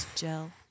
gel